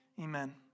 Amen